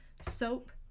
soap